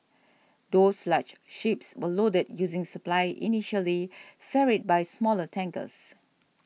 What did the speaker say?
those large ships were loaded using supply initially ferried by smaller tankers